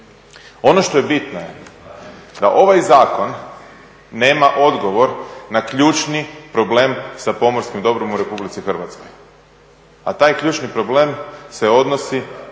Ono što je bitno je da ovaj zakon nema odgovor na ključni problem sa pomorskim dobrom u Republici Hrvatskoj, a taj ključni problem se odnosi